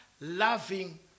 loving